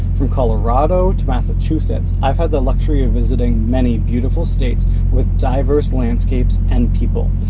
from colorado to massachusetts, i've had the luxury of visiting many beautiful states with diverse landscapes and people.